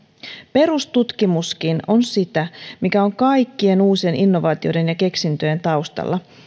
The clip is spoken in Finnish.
perustutkimuskin on sitä mikä on kaikkien uusien innovaatioiden ja keksintöjen taustalla